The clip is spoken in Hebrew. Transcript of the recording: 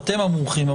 אתם המומחים,